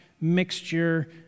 mixture